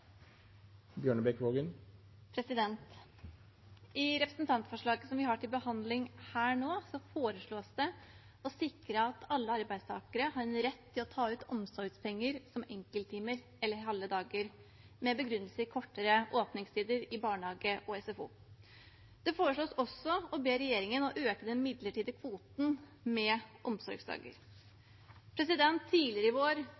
minutter. I representantforslaget som vi har til behandling her nå, foreslås det å sikre at alle arbeidstakere har rett til å ta ut omsorgspenger som enkelttimer eller halve dager, med begrunnelse i kortere åpningstider i barnehage og SFO. Det foreslås også å be regjeringen å øke den midlertidige kvoten med omsorgsdager. Tidligere i vår